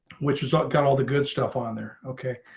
which has ah got all the good stuff on there. okay,